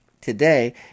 today